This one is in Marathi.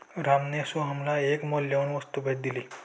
रामने सोहनला एक मौल्यवान वस्तू भेट दिली